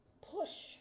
push